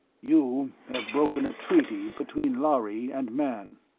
you have broken a treaty between lhari and man.